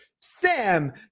Sam